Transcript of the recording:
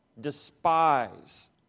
Despise